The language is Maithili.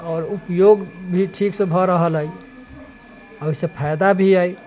आओर उपयोग भी ठीक सॅं भऽ रहल अछि ओहिसे फायदा भी अछि